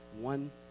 one